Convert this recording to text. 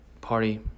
Party